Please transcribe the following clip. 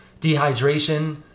dehydration